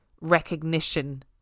recognition